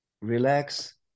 relax